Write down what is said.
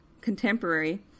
contemporary